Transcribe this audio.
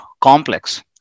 complex